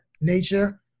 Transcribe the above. nature